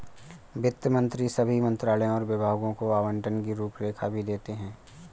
वित्त मंत्री सभी मंत्रालयों और विभागों को आवंटन की रूपरेखा भी देते हैं